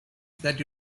that